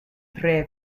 tre